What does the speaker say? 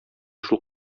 шул